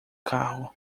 carro